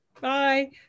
Bye